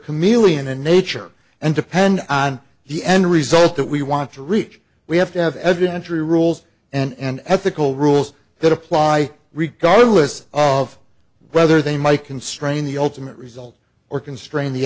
chameleon in nature and depend on the end result that we want to reach we have to have evidentiary rules and ethical rules that apply regardless of whether they might constrain the ultimate result or constrain the